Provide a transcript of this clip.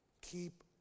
Keep